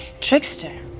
Trickster